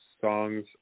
songs